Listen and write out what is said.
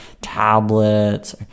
tablets